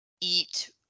eat